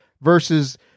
versus